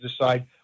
decide